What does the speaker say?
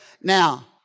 Now